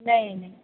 नाही नाही